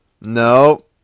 no